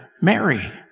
Mary